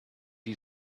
you